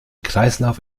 kreislauf